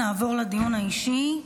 נעבור לדיון האישי.